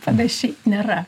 panašiai nėra